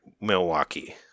Milwaukee